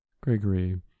Gregory